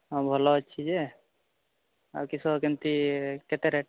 ହଁ ଭଲ ଅଛି ଯେ ଆଉ କିସ କେମିତି କେତେ ରେଟ୍